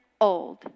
old